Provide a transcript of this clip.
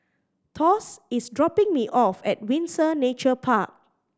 Thos is dropping me off at Windsor Nature Park